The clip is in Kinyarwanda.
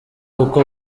uko